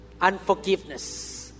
unforgiveness